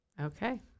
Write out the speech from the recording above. Okay